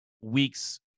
weeks